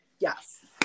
Yes